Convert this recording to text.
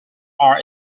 are